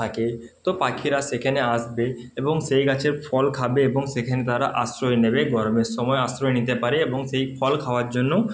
থাকে তো পাখিরা সেখেনে আসবে এবং সেই গাছের ফল খাবে এবং সেখেনে তারা আশ্রয় নেবে গরমের সময় আশ্রয় নিতে পারে এবং সেই ফল খাওয়ার জন্য